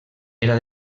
era